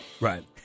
Right